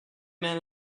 man